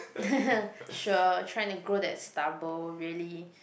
sure try to grow that stubble really